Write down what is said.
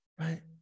right